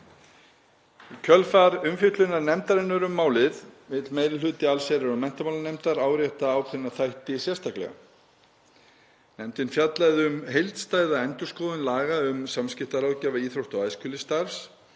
kjölfar umfjöllunar nefndarinnar um málið vill meiri hluti allsherjar- og menntamálanefndar árétta ákveðna þætti sérstaklega. Nefndin fjallaði um heildstæða endurskoðun laga um samskiptaráðgjafa íþrótta- og æskulýðsstarfs